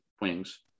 wings